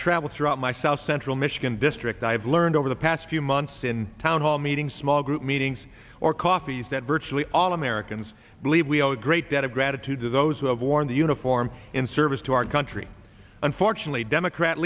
travel throughout my south central michigan district i have learned over the past few months in town hall meetings small group meetings or coffees that virtually all americans believe we owe a great debt of gratitude to those who have worn the uniform in service to our country unfortunately democrat